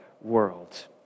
world